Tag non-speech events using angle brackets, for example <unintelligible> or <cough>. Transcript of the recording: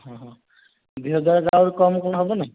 ହଁ ହଁ ଦି ହଜାର <unintelligible> ଆହୁରି କମ୍ କଲେ ହେବନି